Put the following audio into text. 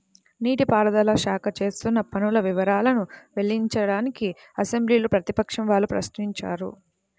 నీటి పారుదల శాఖ చేస్తున్న పనుల వివరాలను వెల్లడించాలని అసెంబ్లీలో ప్రతిపక్షం వాళ్ళు ప్రశ్నించారు